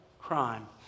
crime